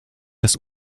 das